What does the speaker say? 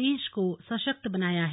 देश को सशक्त बनाया है